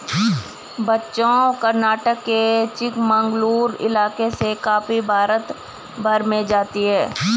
बच्चों कर्नाटक के चिकमंगलूर इलाके से कॉफी भारत भर में जाती है